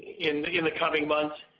in in the coming months.